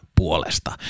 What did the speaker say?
puolesta